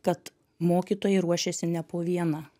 kad mokytojai ruošiasi ne po vieną